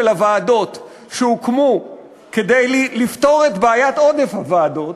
הוועדות שהוקמו כדי לפתור את בעיית עודף הוועדות,